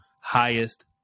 highest